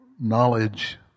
knowledge